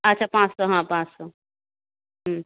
আচ্ছা পাঁচশো হ্যাঁ পাঁচশো হ্যাঁ